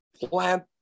plant